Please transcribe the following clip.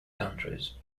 countries